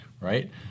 right